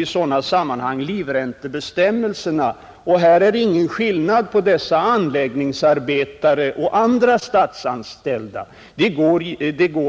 i sådana sammanhang gäller livräntebestämmelserna. Det är ingen skillnad mellan dessa anläggningsarbetare och andra statsanställda därvidlag.